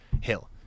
Hill